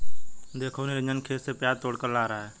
देखो निरंजन खेत से प्याज तोड़कर ला रहा है